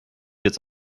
jetzt